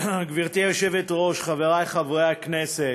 גברתי היושבת-ראש, חברי חברי הכנסת,